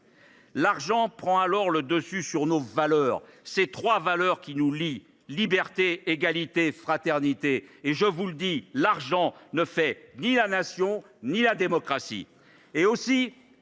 L’argent prend alors le dessus sur nos valeurs, ces trois valeurs qui nous lient : liberté, égalité, fraternité ! Or, je le dis, l’argent ne fait ni la Nation ni la démocratie.